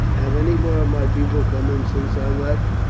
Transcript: have any more of my people come in since i left?